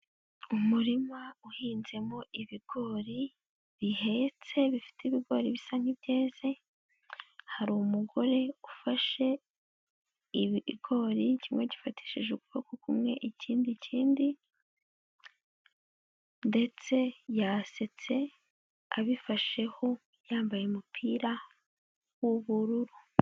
Umurima uhinzemo ibigori bihetse bifite ibigori bisa nk'ibyeze, hari umugore ufashe ibigori kimwe agifatishije ukuboko kumwe ikindi kindi ndetse yasetse, abifasheho yambaye umupira w'ubururu.